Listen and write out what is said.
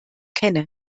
kenne